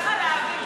זבת חלב וגז.